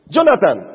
Jonathan